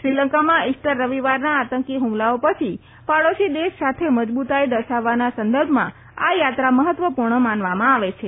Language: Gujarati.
શ્રીલંકામાં ઈસ્ટર રવિવારના આતંકી હુમલાઓ પછી પાડોશી દેશ સાથે મજબુતાઈ દર્શાવવાના સંદર્ભમાં આ યાત્રા મહત્વપૂર્ણ માનવામાં આવે છે